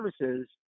services